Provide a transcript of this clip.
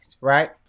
right